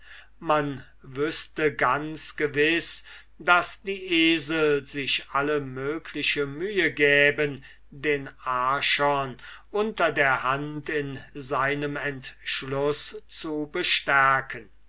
man wüßte ganz gewiß daß die esel sich alle mögliche mühe gäben den archon unter der hand in seinem entschluß zu bestärken